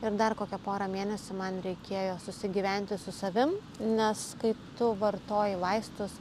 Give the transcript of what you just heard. ir dar kokią porą mėnesių man reikėjo susigyventi su savim nes kai tu vartoji vaistus